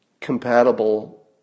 compatible